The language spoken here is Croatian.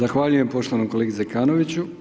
Zahvaljujem poštovanom kolegi Zekanoviću.